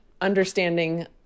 understanding